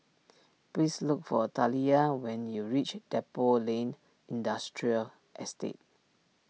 please look for Taliyah when you reach Depot Lane Industrial Estate